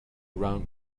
around